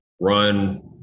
run